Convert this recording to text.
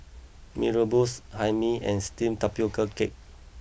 Mee Rebus Hae Mee and Steamed Tapioca Cake